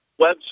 website